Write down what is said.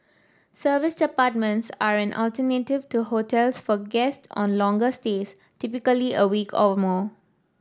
serviced apartments are an alternative to hotels for guest on longer stays typically a week or more